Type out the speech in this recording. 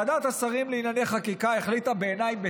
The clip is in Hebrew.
ועדת השרים לענייני חקיקה החליטה, בעיניי בצדק,